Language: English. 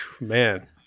Man